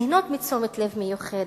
"נהנות" מתשומת-לב מיוחדת.